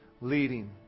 leading